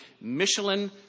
Michelin